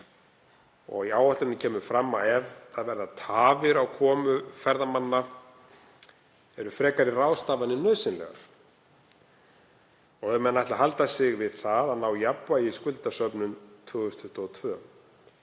Í áætluninni kemur fram að ef það verða tafir á komu ferðamanna eru frekari ráðstafanir nauðsynlegar, ef menn ætla að halda sig við það að ná jafnvægi í skuldasöfnun 2025.